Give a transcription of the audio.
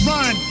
Run